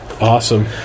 Awesome